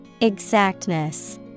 Exactness